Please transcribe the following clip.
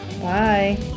Bye